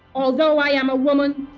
although i am a woman,